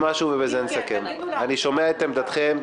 אני שומע את עמדתכם.